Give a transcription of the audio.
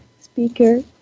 speaker